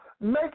Make